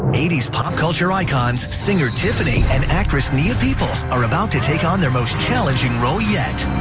eighties pop culture icons singer tiffany and actress nia peeples are about to take on their most challenging roll yet.